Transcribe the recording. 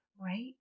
right